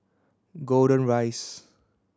Golden Rise